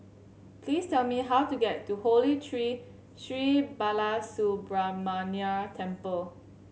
please tell me how to get to Holy Tree Sri Balasubramaniar Temple